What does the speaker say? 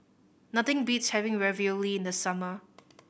nothing beats having Ravioli in the summer